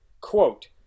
Quote